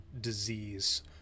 disease